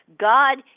God